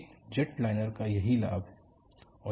एक जेटलाइनर का यही लाभ है